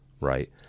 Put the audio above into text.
right